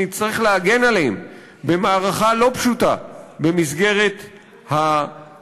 שנצטרך להגן עליהם במערכה לא פשוטה במסגרת התקופה,